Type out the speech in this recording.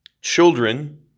children